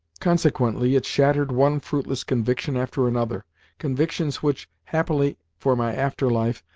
consequently it shattered one fruitless conviction after another convictions which, happily for my after life,